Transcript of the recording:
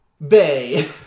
Bay